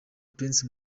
prince